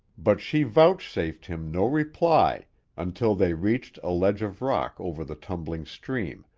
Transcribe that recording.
but she vouchsafed him no reply until they reached a ledge of rock over the tumbling stream,